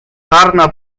czarna